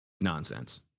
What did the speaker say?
nonsense